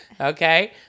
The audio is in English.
okay